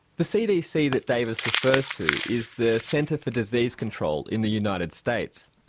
the cdc that davis refers to is the centre for disease control in the united states.